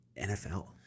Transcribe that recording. NFL